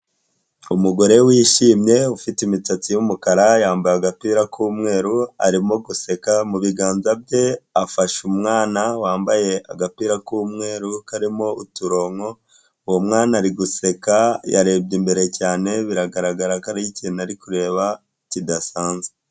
Umugore wishimye ufite imisatsi y'umukara yambaye agapira k'umweru arimo guseka mu biganza bye afashe umwana wambaye agapira k'umweru karimo uturonko uwo mwana ari guseka yarebye imbere cyane biragaragara ko ari ikintu ari kureba kidasanzwe.